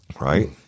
Right